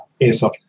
airsoft